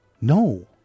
No